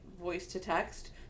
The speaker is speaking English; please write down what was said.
voice-to-text